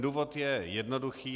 Důvod je jednoduchý.